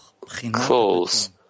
clothes